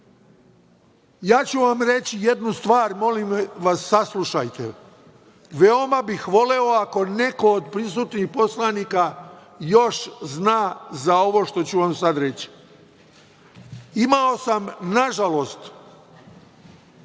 ću vam reči jednu stvar, molim vas, saslušajte. Veoma bih voleo ako neko od prisutnih poslanika još zna za ovo što ću vam sad reći. Imao sam, nažalost,